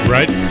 Right